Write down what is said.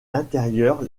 l’intérieur